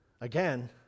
again